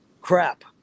crap